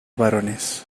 varones